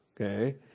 okay